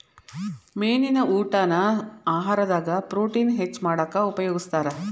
ಮೇನಿನ ಊಟಾನ ಆಹಾರದಾಗ ಪ್ರೊಟೇನ್ ಹೆಚ್ಚ್ ಮಾಡಾಕ ಉಪಯೋಗಸ್ತಾರ